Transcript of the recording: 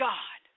God